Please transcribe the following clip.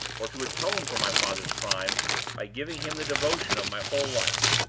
or to atone for my father's crime by giving him the devotion of my whole life?